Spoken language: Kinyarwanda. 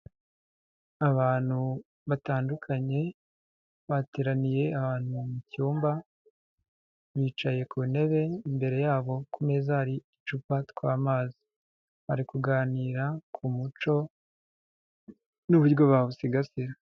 Abantu batandukanye bateraniye ahantu mu cyumba bicaye ku ntebe imbere yabo ku meza hari udupa tw'amazi, bari kuganira ku muco n'uburyo bawusigasira.